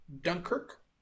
Dunkirk